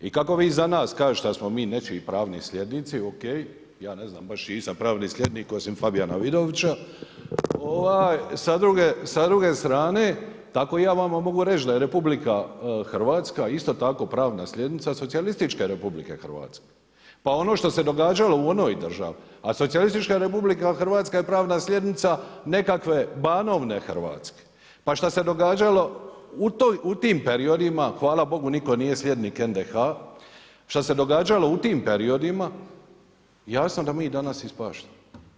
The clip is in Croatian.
I kako vi za nas kažete da smo mi nečiji pravni slijednici, ok, ja ne znam baš čiji sam pravni slijednik osim Fabijana Vidovića, sa druge strane, tako i ja vama mogu reći da je RH isto tako pravna slijednica socijalističke RH, pa ono što se događalo u onoj državi, a socijalistička RH je pravna slijednica nekakve Banovine Hrvatske, pa šta se događalo u tim periodima, hvala bogu, nitko nije slijednik NDH, šta se događalo u tim periodima, jasno da mi danas ispaštamo.